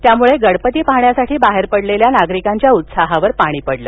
त्यामुळे गणपती पाहण्यासाठी बाहेर पडलेल्या नागरिकांच्या उत्साहावर पाणी पडलं